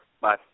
Bye